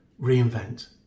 reinvent